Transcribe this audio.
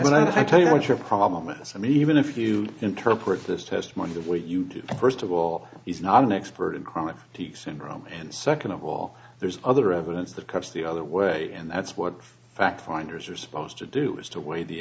but i tell you what your problem with this i mean even if you interpret this testimony the way you do first of all is not an expert in chronic fatigue syndrome and second of all there's other evidence that comes the other way and that's what fact finders are supposed to do is to weigh the